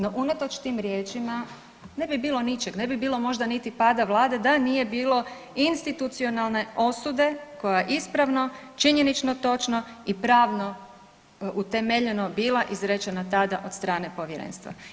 No unatoč tim riječima ne bi bilo ničeg, ne bi bilo možda niti pada vlade da nije bilo institucionalne osude koja je ispravno, činjenično točno i pravno utemeljeno bila izrečena tada od strane povjerenstva.